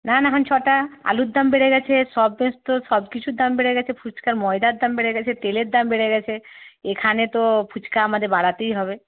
না না এখন ছটা আলুর দাম বেড়ে গেছে সব তো সব কিছুর দাম বেড়ে গেছে ফুচকার ময়দার দাম বেড়ে গেছে তেলের দাম বেড়ে গেছে এখানে তো ফুচকা আমাদের বাড়াতেই হবে